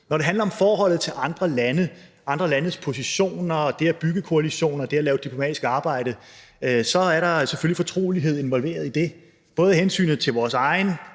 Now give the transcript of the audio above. Når det handler om forholdet til andre lande, andre landes positioner og det at bygge koalitioner og det at lave diplomatisk arbejde, så er der selvfølgelig fortrolighed involveret i det: både hensynet til vores egen